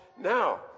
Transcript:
Now